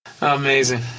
Amazing